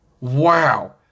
wow